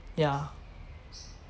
yeah